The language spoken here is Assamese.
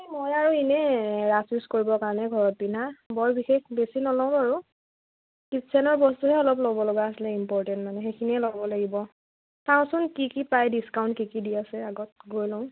এই মই আৰু এনেই ৰাফ ইউজ কৰিবৰ কাৰণে ঘৰত পিন্ধা বৰ বিশেষ বেছি নলওঁ আৰু কিটচেনৰ বস্তুহে অলপ ল'ব লগা আছিলে ইম্পৰ্টেণ্ট মানে সেইখিনিয়ে ল'ব লাগিব চাওঁচোন কি কি পায় ডিছকাউণ্ট কি কি দি আছে আগত গৈ ল'ওঁ